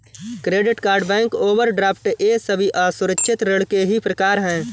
credit card bank overdraft ये सभी असुरक्षित ऋण के ही प्रकार है